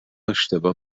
اشتباه